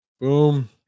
Boom